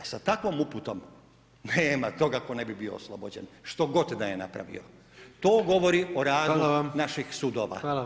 Da sa takvom uputom, nema toga, tko ne bi bio oslobođen, što god da je napravio, to govori o radu naših sudova.